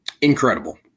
Incredible